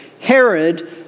Herod